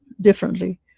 differently